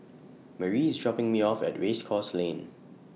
Marie IS dropping Me off At Race Course Lane